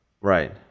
Right